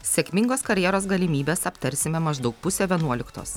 sėkmingos karjeros galimybes aptarsime maždaug pusę vienuoliktos